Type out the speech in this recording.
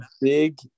big